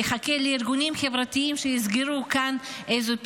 יחכה לארגונים חברתיים שיסגרו כאן איזו פינה.